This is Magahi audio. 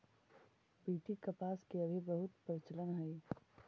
बी.टी कपास के अभी बहुत प्रचलन हई